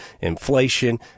Inflation